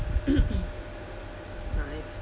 nice